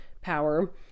power